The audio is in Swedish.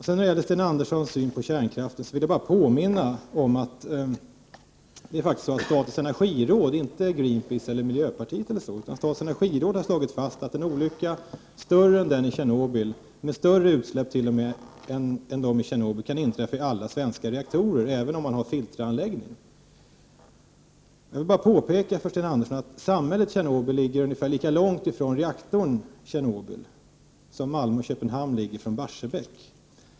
När det gäller Sten Anderssons syn på kärnkraften vill jag bara påminna om att det faktiskt är så att statens energiråd — inte Greenpeace eller miljöpartiet — har slagit fast att en olycka större än den i Tjernobyl och med större utsläpp än dem i Tjernobyl kan inträffa i alla svenska reaktorer även om vi har filteranläggning där. Samhället Tjernobyl ligger ungefär lika långt från reaktorn där som Malmö och Köpenhamn ligger från Barsebäck.